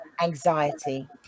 anxiety